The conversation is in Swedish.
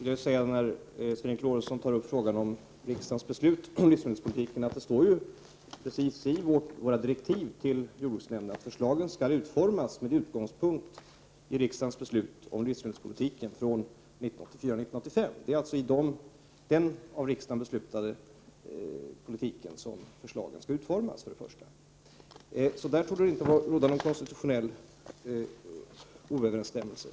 Herr talman! När Sven Eric Lorentzon tar upp frågan om riksdagsbeslutet om livsmedelspolitiken vill jag säga att det står i våra direktiv till jordbruksnämnden att förslagen skall utformas med utgångspunkt från riksdagens beslut 1984/85 om jordbrukspolitiken. Där råder det inte någon konstitutionell oöverensstämmelse.